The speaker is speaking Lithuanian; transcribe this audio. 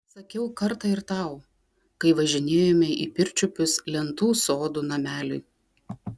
sakiau kartą ir tau kai važinėjome į pirčiupius lentų sodo nameliui